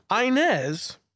Inez